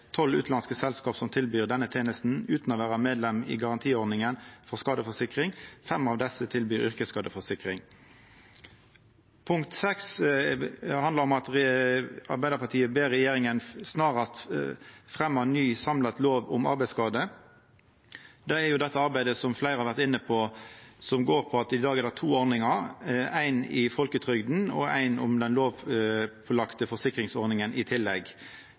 tolv utanlandske selskap som tilbyr den tenesta utan å vera medlem i Garantiordninga for skadeforsikring. Fem av desse tilbyr yrkesskadeforsikring. Punkt 6 handlar om at Arbeidarpartiet ber regjeringa snarast fremja sak om ein ny samla lov om arbeidsskade. Det er dette arbeidet, som fleire har vore inne på, som går på at det i dag er to ordningar – ei i folketrygda og i tillegg ei lovpålagd forsikringsordning. Eit offentleg utval leverte ein NOU i